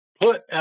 put